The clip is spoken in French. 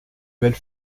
belle